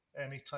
anytime